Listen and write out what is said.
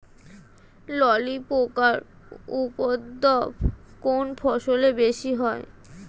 ললি পোকার উপদ্রব কোন ফসলে বেশি হয়?